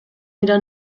dira